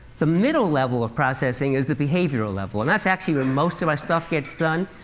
the middle level of processing is the behavioral level and that's actually where most of our stuff gets done.